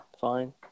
Fine